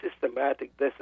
systematic